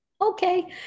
Okay